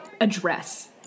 address